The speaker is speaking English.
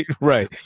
Right